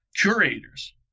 curators